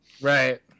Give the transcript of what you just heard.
Right